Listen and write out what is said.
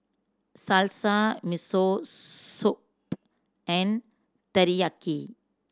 Salsa Miso Soup and Teriyaki